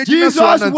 Jesus